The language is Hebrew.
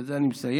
בזה אני מסיים,